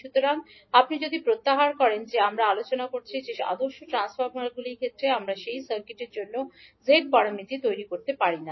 সুতরাং আমরা আলোচনা করেছি যে আপনি যদি প্রত্যাহার করেন তবে আদর্শ ট্রান্সফর্মারগুলির ক্ষেত্রে আমরা সেই সার্কিটের জন্য z প্যারামিটার তৈরি করতে পারি না